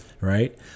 right